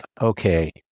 okay